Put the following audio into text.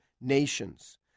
nations